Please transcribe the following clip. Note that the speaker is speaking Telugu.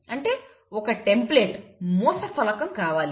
అంటే ఒక టెంప్లేట్ మూసఫలకం కావాలి